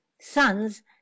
sons